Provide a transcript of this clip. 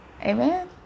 Amen